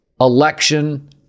election